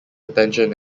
attention